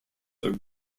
are